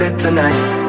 tonight